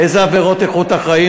איזה עבירות איכות החיים.